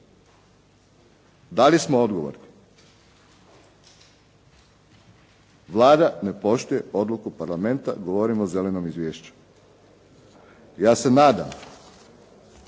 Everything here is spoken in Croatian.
Dali smo odgovor. Vlada ne poštuje odluku Parlamenta, govorimo o zelenom izvješću. Ja se nadam